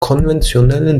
konventionellen